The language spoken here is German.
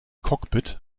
cockpit